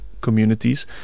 communities